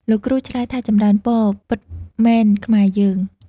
លោកគ្រូឆ្លើយថា "ចម្រើនពរ! ពិតមែនខ្មែរយើង"។